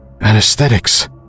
anesthetics